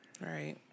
right